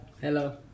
Hello